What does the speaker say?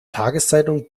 tageszeitung